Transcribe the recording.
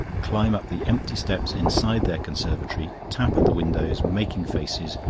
climb up the empty steps inside their conservatory, tap at the windows, making faces,